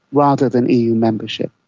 rather than eu membership.